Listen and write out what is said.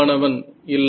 மாணவன் இல்லை